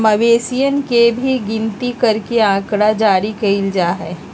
मवेशियन के भी गिनती करके आँकड़ा जारी कइल जा हई